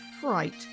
fright